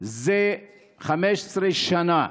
זה 15 שנה.